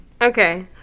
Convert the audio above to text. Okay